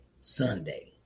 Sunday